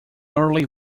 early